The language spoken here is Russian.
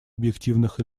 объективных